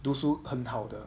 读书很好的